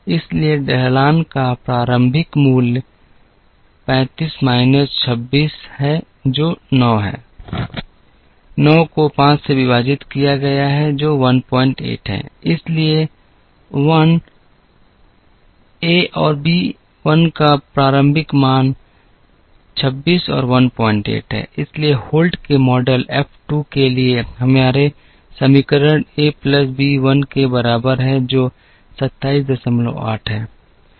इसलिए ढलान का प्रारंभिक मूल्य है 35 माइनस 26 जो 9 है 9 को 5 से विभाजित किया गया है जो 18 है इसलिए 1 और बी 1 का प्रारंभिक मान 26 और 18 है इसलिए होल्ट के मॉडल एफ 2 के लिए हमारे समीकरण 1 प्लस बी 1 के बराबर है जो 278 है